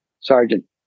Sergeant